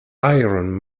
iron